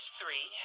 three